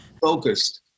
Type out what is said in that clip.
focused